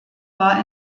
war